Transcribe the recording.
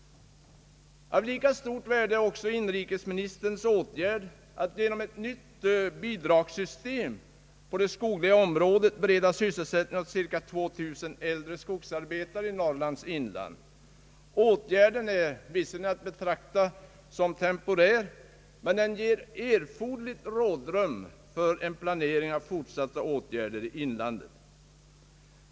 Av lika stort värde är inrikesministerns åtgärd att genom ett nytt bidragssystem på det skogliga området bereda sysselsättning åt cirka 2 000 äldre skogsarbetare i Norrlands inland. Åtgärden är visserligen att betrakta som temporär, men den ger erforderligt rådrum för planering av fortsatta åtgärder i ialandet.